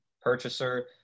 purchaser